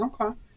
Okay